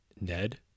Ned